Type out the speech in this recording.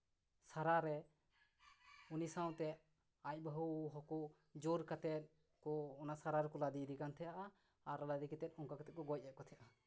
ᱥᱟᱨᱟ ᱨᱮ ᱩᱱᱤ ᱥᱟᱶᱛᱮ ᱟᱡ ᱵᱟᱹᱦᱩ ᱦᱚᱸᱠᱚ ᱡᱳᱨ ᱠᱟᱛᱮᱫ ᱠᱚ ᱚᱱᱟ ᱥᱟᱨᱟ ᱨᱮᱠᱚ ᱞᱟᱫᱮᱭᱮᱫᱮ ᱠᱟᱱ ᱛᱟᱦᱮᱸᱫᱼᱟ ᱟᱨ ᱞᱟᱫᱮ ᱠᱟᱛᱮᱫ ᱚᱱᱠᱟ ᱠᱟᱛᱮᱫ ᱠᱚ ᱜᱚᱡ ᱮᱫ ᱠᱚ ᱛᱟᱦᱮᱸᱫᱼᱟ